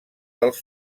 dels